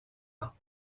ans